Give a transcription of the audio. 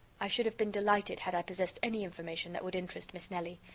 i should have been delighted had i possessed any information that would interest miss nelly.